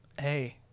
Hey